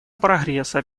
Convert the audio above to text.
прогресса